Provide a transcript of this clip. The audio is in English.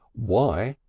why,